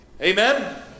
Amen